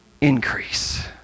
increase